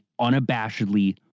unabashedly